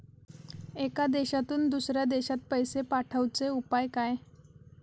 एका देशातून दुसऱ्या देशात पैसे पाठवचे उपाय काय?